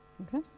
Okay